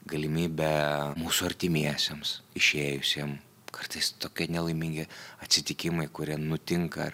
galimybė mūsų artimiesiems išėjusiem kartais tokie nelaimingi atsitikimai kurie nutinka